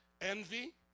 Envy